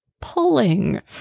pulling